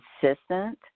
consistent